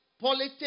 politics